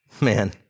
Man